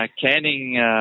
canning